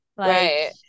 Right